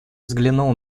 взглянул